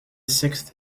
sixth